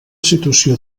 situació